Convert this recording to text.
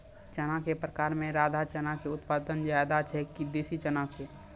चना के प्रकार मे राधा चना के उत्पादन ज्यादा छै कि देसी चना के?